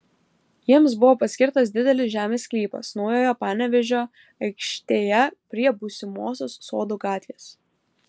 jiems buvo paskirtas didelis žemės sklypas naujojo panevėžio aikštėje prie būsimosios sodų gatvės